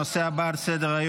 48 בעד, שני מתנגדים,